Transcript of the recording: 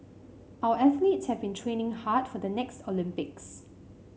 our athletes have been training hard for the next Olympics